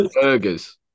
burgers